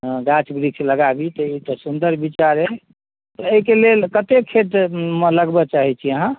हँ गाछ वृक्ष लगाबी तऽ ई तऽ सुन्दर विचार अछि एहिके लेल कतेक खेतमे लगबय चाहैत छी अहाँ